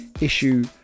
issue